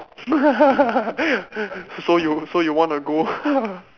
so you so you wanna go